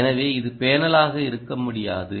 எனவே இது பேனலாக இருக்க முடியாது